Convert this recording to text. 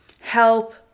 help